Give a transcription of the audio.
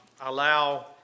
allow